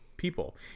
people